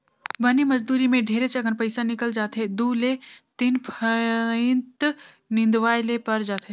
बनी मजदुरी मे ढेरेच अकन पइसा निकल जाथे दु ले तीन फंइत निंदवाये ले पर जाथे